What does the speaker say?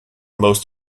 most